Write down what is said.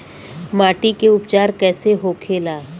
माटी के उपचार कैसे होखे ला?